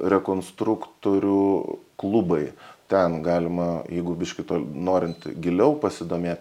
rekonstruktorių klubai ten galima jeigu biškį to norint giliau pasidomėt